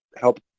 help